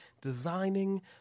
designing